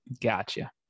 Gotcha